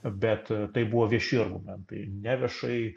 bet tai buvo vieši argumentai neviešai